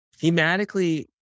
thematically